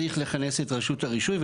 צריך לכנס את רשות הרישוי,